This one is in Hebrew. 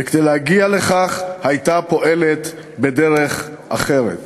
וכדי להגיע לכך הייתה פועלת בדרך אחרת.